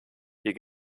hier